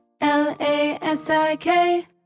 L-A-S-I-K